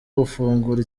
gufungura